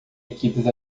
equipes